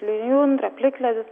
lijundra plikledis